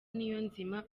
niyonzima